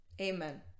Amen